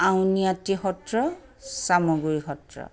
Auniati Satra Chamaguri Satra